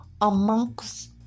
amongst